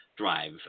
drive